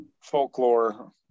folklore